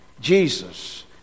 Jesus